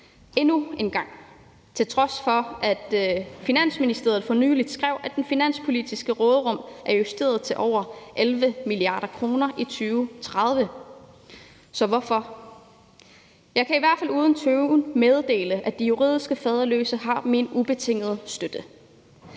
endnu en gang, til trods for at Finansministeriet for nylig skrev, at det finanspolitiske råderum er justeret til over 11 mia. kr. i 2030. Så hvorfor? Jeg kan i hvert fald uden tøven meddele, at de juridisk faderløse har min ubetinget støtte.